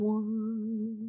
one